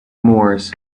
moors